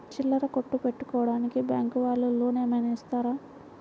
చిల్లర కొట్టు పెట్టుకోడానికి బ్యాంకు వాళ్ళు లోన్ ఏమైనా ఇస్తారా?